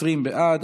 20 בעד,